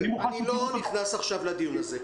אני לא נכנס עכשיו לדיון הזה.